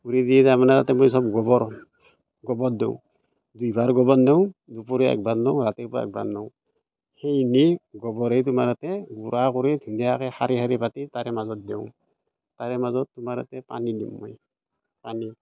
উঘালি দি তাৰমানে তাতে মই চব গোবৰ গোবৰ দিওঁ দুই ভাৰ গোবৰ নিওঁ দুপৰীয়া এক ভাৰ নিওঁ ৰাতি এক ভাৰ নিওঁ সেই নি গোবৰ এই তোমাৰ তাতে গুড়া কৰি ধুনীয়াকৈ শাৰী শাৰী পাতি তাৰে মাজত দিওঁ তাৰে মাজত তোমাৰ তাতে পানী দিওঁ মই পানী